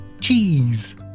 Cheese